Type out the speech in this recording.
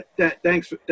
thanks